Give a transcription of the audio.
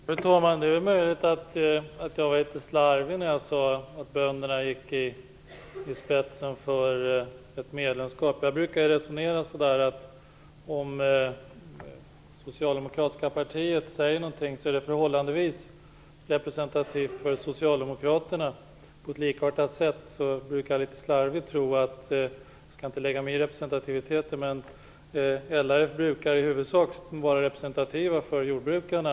Fru talman! Det är möjligt att jag var litet slarvig när jag sade att bönderna gick i spetsen för ett medlemskap. Jag brukar resonera så att om det socialdemokratiska partiet säger något, är det förhållandevis representativt för socialdemokraterna. Jag skall inte lägga mig i frågan om representativiteten, men jag brukar på motsvarande sätt litet slarvigt tro att LRF i huvudsak är representativt för jordbrukarna.